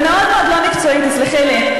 זה מאוד מאוד לא מקצועי, תסלחי לי.